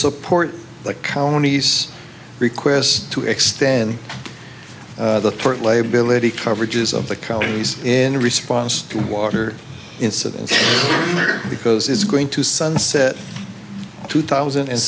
support the county's requests to extend the current liability coverage is of the colonies in response to water incident because it's going to sunset two thousand and